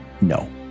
no